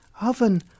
oven